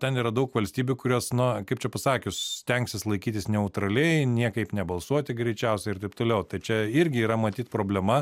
ten yra daug valstybių kurios na kaip čia pasakius stengsis laikytis neutraliai niekaip nebalsuoti greičiausiai ir taip toliau tai čia irgi yra matyt problema